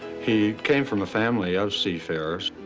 he came from a family of seafarers.